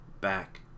back